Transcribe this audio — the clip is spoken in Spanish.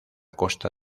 costa